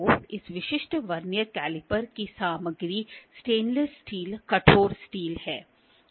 तो इस विशिष्ट वर्नियर कैलिपर की सामग्री स्टेनलेस स्टील कठोर स्टील है